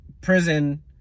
prison